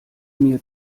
mir